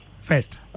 first